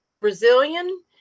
Brazilian